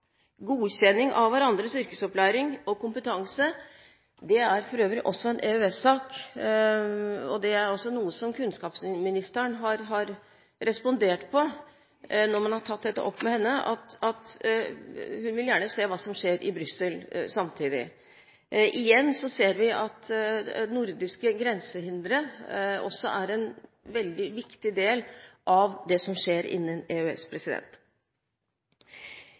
Godkjenning av hverandres yrkesopplæring og kompetanse er for øvrig også en EØS-sak. Det er også noe som kunnskapsministeren har respondert på når man har tatt dette opp med henne, og hun vil gjerne se hva som skjer i Brussel samtidig. Igjen ser vi at nordiske grensehindre også er en veldig viktig del av det som skjer innenfor EØS.